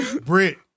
Brit